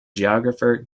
geographer